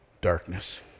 darkness